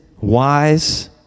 wise